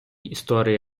історії